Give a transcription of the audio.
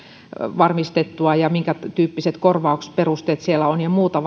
varmistettua ja minkätyyppiset korvausperusteet siellä on ja muuta